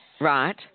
Right